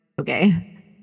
okay